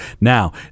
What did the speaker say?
Now